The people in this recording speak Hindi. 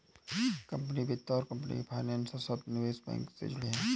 कंपनी वित्त और कंपनी फाइनेंसर शब्द निवेश बैंक से जुड़े हैं